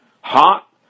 hot